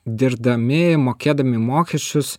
dirdami mokėdami mokesčius